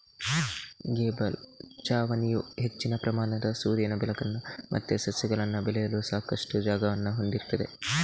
gable ಛಾವಣಿಯು ಹೆಚ್ಚಿನ ಪ್ರಮಾಣದ ಸೂರ್ಯನ ಬೆಳಕನ್ನ ಮತ್ತೆ ಸಸ್ಯಗಳನ್ನ ಬೆಳೆಯಲು ಸಾಕಷ್ಟು ಜಾಗವನ್ನ ಹೊಂದಿರ್ತದೆ